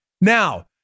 Now